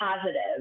positive